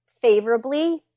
favorably